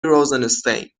روزناستین